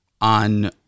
on